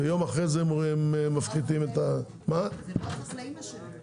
ויום אחרי זה מפחיתים- -- זה לא החקלאים אשמים.